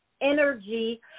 energy